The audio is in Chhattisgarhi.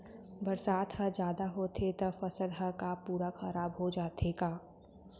बरसात ह जादा होथे त फसल ह का पूरा खराब हो जाथे का?